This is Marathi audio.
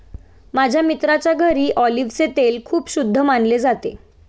माझ्या मित्राच्या घरी ऑलिव्हचे तेल खूप शुद्ध मानले जाते